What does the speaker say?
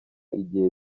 igihe